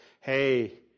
hey